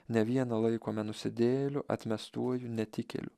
ne vieną laikome nusidėjėliu atmestuoju netikėliu